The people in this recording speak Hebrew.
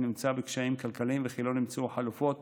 נמצא בקשיים כלכליים וכי לא נמצאו חלופות